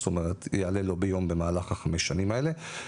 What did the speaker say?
זאת אומרת יעלה לו ביום במהלך חמש השנים האלה,